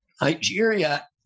Nigeria